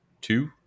two